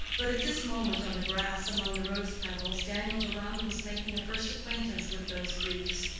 but at this moment on the grass among the rose-petals, daniel deronda was making a first acquaintance with those griefs.